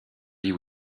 dit